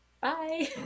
Bye